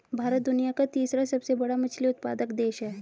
भारत दुनिया का तीसरा सबसे बड़ा मछली उत्पादक देश है